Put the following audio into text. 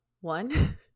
One